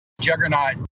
Juggernaut